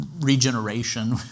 regeneration